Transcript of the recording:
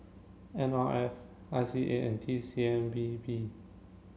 N R F I C A and T C M B P